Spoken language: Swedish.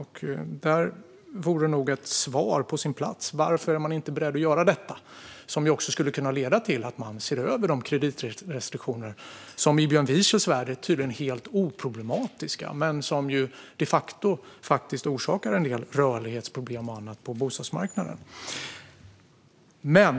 Här vore ett svar på sin plats: Varför är man inte beredd att göra detta? Det skulle också kunna leda till att man ser över de kreditrestriktioner som i Björn Wiechels värld tydligen är helt oproblematiska men som de facto orsakar en del rörlighetsproblem och annat på bostadsmarknaden.